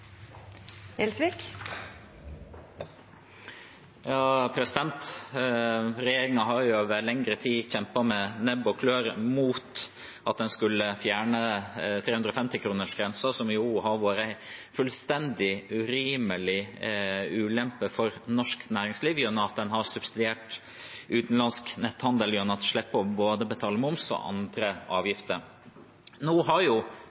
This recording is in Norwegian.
har over lengre tid kjempet med nebb og klør mot at en skulle fjerne 350-kronersgrensen, som jo har vært en fullstendig urimelig ulempe for norsk næringsliv – ved at en har subsidiert utenlandsk netthandel gjennom å slippe å måtte betale verken moms eller andre avgifter. Nå har